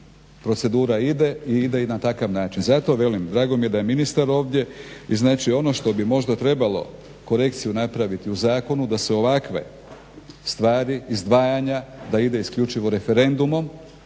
procedura ide i ide na takav način. I zato velim dragom mi je da je ministar ovdje i znači ono što bi možda trebalo korekciju napraviti u zakonu da se ovakve stvari izdvajanja da ide isključivo referendumom